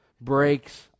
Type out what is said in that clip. Breaks